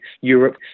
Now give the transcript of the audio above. Europe